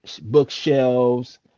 bookshelves